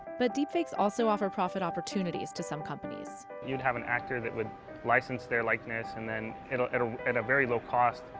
but deepfakes also offer profit opportunities to some companies. you'd have an actor that would license their likeness and then at at ah a very low cost,